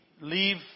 leave